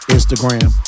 Instagram